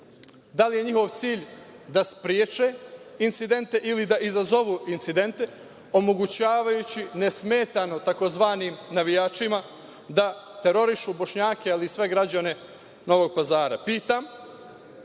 Da li je njihov cilj da spreče incident ili da izazovu incidente, omogućavajući nesmetano tzv. navijačima da terorišu Bošnjake, ali i sve građane Novog Pazara? Pitam